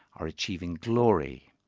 or achieving glory.